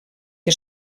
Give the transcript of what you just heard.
què